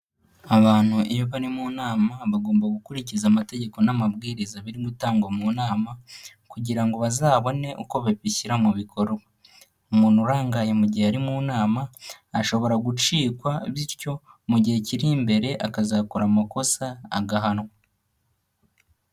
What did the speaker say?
Abantu iyo bari mu nama bagomba gukurikiza amategeko n'amabwiriza biri gutangwa mu nama kugira ngo bazabone uko babishyira mu bikorwa, umuntu urangaye mu gihe ari mu nama, ashobora gucikwa bityo mu gihe kiri imbere akazakora amakosa agahanwa.